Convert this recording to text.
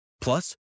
Plus